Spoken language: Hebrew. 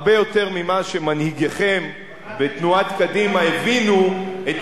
הרבה יותר ממה שמנהיגיכם בתנועת קדימה הבינו את